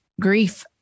grief